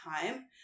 time